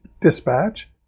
dispatch